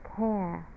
care